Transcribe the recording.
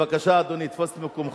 בבקשה, אדוני, תפוס את מקומך.